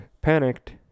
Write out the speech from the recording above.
Panicked